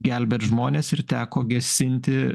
gelbėt žmones ir teko gesinti